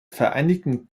vereinigten